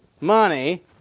money